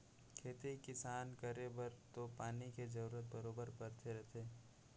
खेती किसान करे बर तो पानी के जरूरत बरोबर परते रथे